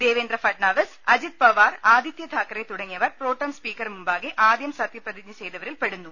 ദേവേന്ദ്ര ഫഡ്നാവിസ് അജിത് പവാർ ആദിത്യ താക്കറെ തുടങ്ങിയവർ pro tem speaker മുമ്പാകെ ആദ്യം സത്യപ്രതിജ്ഞ ചെയ്തവരിൽപ്പെടുന്നു